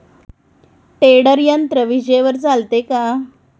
Tedder यंत्र विजेवर चालते का?